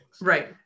Right